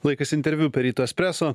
laikas interviu per ryto espreso